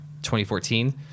2014